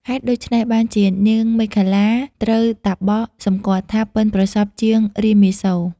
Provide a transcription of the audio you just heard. ហេតុដូច្នេះបានជានាងមេខលាត្រូវតាបសសំគាល់ថា ប៉ិនប្រសប់ជាងរាមាសូរ។